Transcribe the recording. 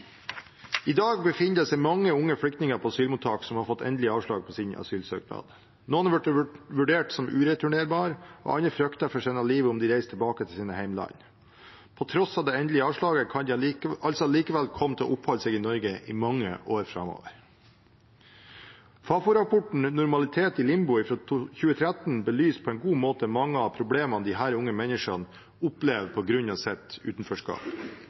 I dag befinner det seg mange unge flyktninger på asylmottak som har fått endelig avslag på sin asylsøknad. Noen har blitt vurdert som ureturnerbare, og andre frykter for sitt liv om de reiser tilbake til hjemlandet. På tross av det endelige avslaget kan de allikevel komme til å oppholde seg i Norge i mange år framover. Fafo-rapporten Normalitet i limbo fra 2013 belyser på en god måte mange av problemene disse unge menneskene opplever på grunn av sitt utenforskap.